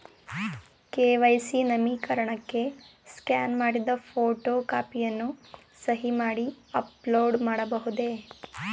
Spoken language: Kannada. ಕೆ.ವೈ.ಸಿ ನವೀಕರಣಕ್ಕೆ ಸ್ಕ್ಯಾನ್ ಮಾಡಿದ ಫೋಟೋ ಕಾಪಿಯನ್ನು ಸಹಿ ಮಾಡಿ ಅಪ್ಲೋಡ್ ಮಾಡಬಹುದೇ?